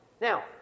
Now